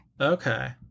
Okay